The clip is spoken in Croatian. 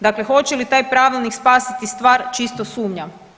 Dakle, hoće li taj pravilnik spasiti stvar čisto sumnjam.